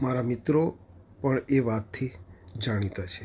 મારા મિત્રો પણ એ વાતથી જાણીતા છે